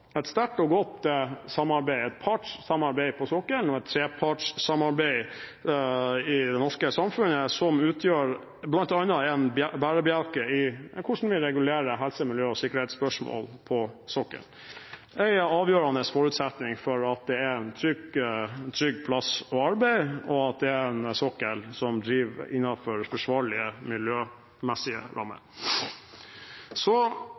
et sterkt og godt samarbeid, et partssamarbeid på sokkelen og et trepartssamarbeid i det norske samfunnet som utgjør bl.a. en bærebjelke i hvordan vi regulerer helse-, miljø- og sikkerhetsspørsmål på sokkelen – en avgjørende forutsetning for at det er en trygg plass å arbeide og at man på sokkelen driver innenfor forsvarlige miljømessige rammer. Så